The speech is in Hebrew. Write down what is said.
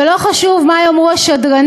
ו'לא חשוב מה יאמרו השדרנים,